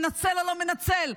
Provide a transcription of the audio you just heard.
מנצל או לא מנצל.